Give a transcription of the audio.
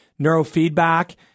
neurofeedback